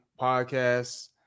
Podcasts